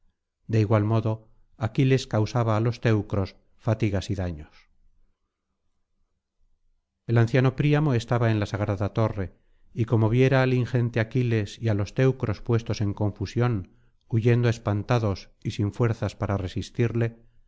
de igual modo aquiles causaba á los teucros fatigas y daños el anciano príamo estaba en la sagrada torre y como viera al ingente aquiles y á los teucros puestos en confusión huyendo espantados y sin fuerzas para resistirle